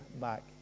back